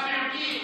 והמיעוטים.